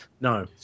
no